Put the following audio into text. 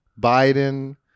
Biden